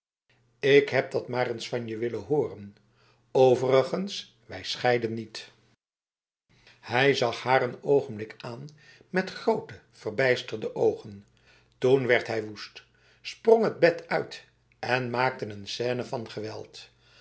ik heb dat maar eens van je willen horen overigens wij scheiden nietf hij zag haar een ogenblik aan met grote verbijsterde ogen toen werd hij woest sprong het bed uit en maakte een scène van geweld